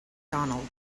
donald